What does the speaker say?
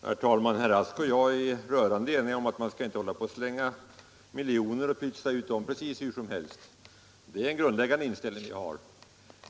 Herr talman! Herr Rask och jag är rörande eniga om att man inte skall pytsa ut miljoner precis hur som helst. Det är en grundläggande inställning som jag har.